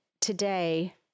today